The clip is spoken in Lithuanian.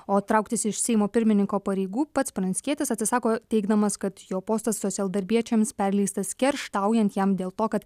o trauktis iš seimo pirmininko pareigų pats pranckietis atsisako teigdamas kad jo postas socialdarbiečiams perleistas kerštaujant jam dėl to kad